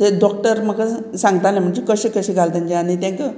ते डॉक्टर म्हाका सांगताले म्हणजे कशें कशें घाल तांचे आनी तांकां